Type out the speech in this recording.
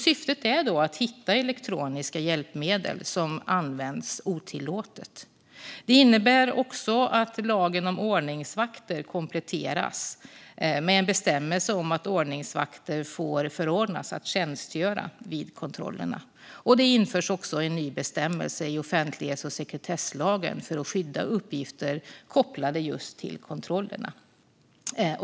Syftet är att hitta elektroniska hjälpmedel som används otillåtet. Det innebär också att lagen om ordningsvakter kompletteras med en bestämmelse om att ordningsvakter får förordnas att tjänstgöra vid kontrollerna. Det införs också en ny bestämmelse i offentlighets och sekretesslagen för att skydda uppgifter kopplade just till kontrollerna.